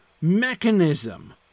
mechanism